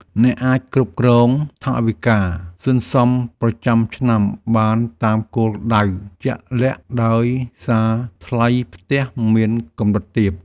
អ្នកអាចគ្រប់គ្រងថវិកាសន្សំប្រចាំឆ្នាំបានតាមគោលដៅជាក់លាក់ដោយសារថ្លៃផ្ទះមានកម្រិតទាប។